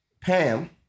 Pam